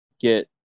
get